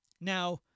Now